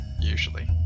Usually